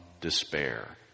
despair